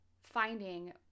finding